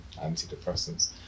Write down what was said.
antidepressants